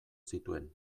zituen